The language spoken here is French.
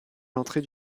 l’entrée